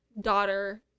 daughter